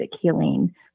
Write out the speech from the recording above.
healing